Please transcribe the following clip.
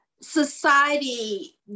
society